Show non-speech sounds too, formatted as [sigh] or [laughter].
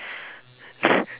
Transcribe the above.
[laughs]